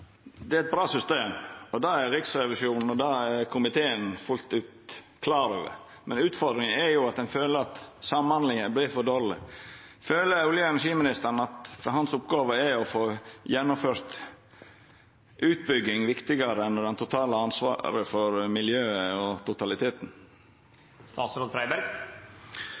det er eit bra system. Det er Riksrevisjonen og komiteen fullt ut klar over. Men utfordringa er at ein føler at samhandlinga vert for dårleg. Føler olje- og energiministeren at for hans oppgåve er det å få gjennomført utbygging viktigare enn det totale ansvaret for miljøet og totaliteten?